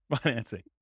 financing